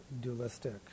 dualistic